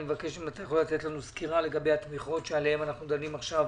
אני מבקש שתיתן לנו סקירה לגבי התמיכות שעליהן אנחנו דנים עכשיו